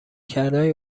کردههای